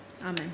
Amen